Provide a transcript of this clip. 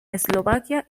eslovaquia